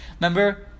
Remember